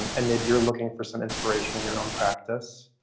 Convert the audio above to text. and maybe you're looking for some inspiration in your own practice,